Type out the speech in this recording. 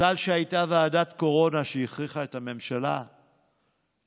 מזל שהייתה ועדת קורונה שהכריחה את הממשלה לפתוח.